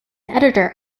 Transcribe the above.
editor